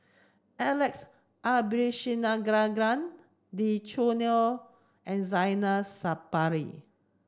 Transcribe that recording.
Alex Abisheganaden Lee Choo Neo and Zainal Sapari